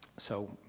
so